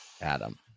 Adam